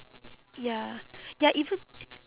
ya ya even